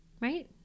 Right